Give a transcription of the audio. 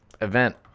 event